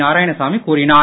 நாராயணசாமி கூறினார்